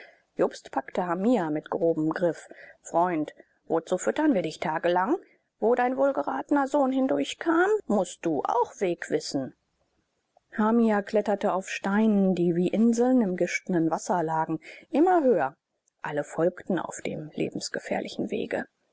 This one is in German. jobst packte hamia mit grobem griff freund wozu füttern wir dich tagelang wo dein wohlgeratener sohn hindurchkam mußt du auch weg wissen hamia kletterte auf steinen die wie inseln im gischtenden wasser lagen immer höher alle folgten auf dem lebensgefährlichen wege